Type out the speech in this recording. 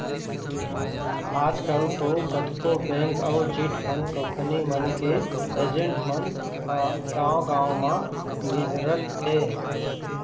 आजकल तो कतको बेंक अउ चिटफंड कंपनी मन के एजेंट मन ह गाँव गाँव म गिंजरत हें